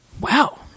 Wow